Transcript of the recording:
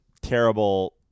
terrible –